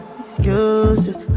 excuses